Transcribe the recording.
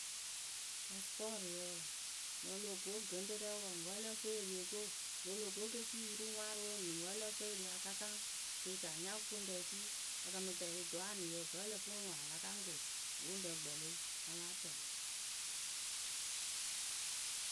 Pasɨpɔrɩyǝ wǝǝ mɨŋ o loh ko gɨŋrǝ rɛ wǝǝ ŋwɨ wǝ́ ǝ lǝ́ǝ fɨ ere ko mɨŋ o lo ko e ke fii wuruŋwarǝ wǝǝ ŋwɨ wǝ́ ǝ lǝ́ǝ fɨ ere a ka kaŋ. Kɨ eci anya gʊŋrǝ e fii a kamɨ tɛlɩ dwanɩyǝ vǝ́ ǝ lǝ fɨ ŋwɨ a la kaŋ ko gʊŋrǝ gbɛlɩ a láa tɛlɩ.